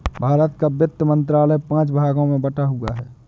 भारत का वित्त मंत्रालय पांच भागों में बटा हुआ है